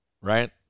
right